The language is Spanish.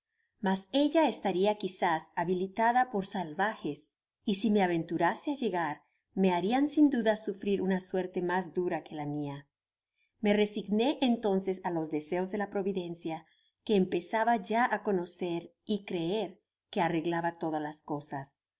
mas ella estaria quizás habilitada por salvajes y si me aventurase á llegar me harian sin duda sufrir una suerte mas dura quo la mia me resigne entonces álos deseos de la providencia que empezaba ya áconocer y creer que arreglaba todas las cosas de